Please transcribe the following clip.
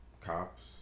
Cops